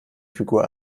figur